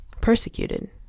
persecuted